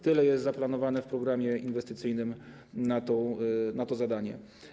Tyle jest zaplanowane w programie inwestycyjnym na to zadanie.